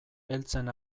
heltzen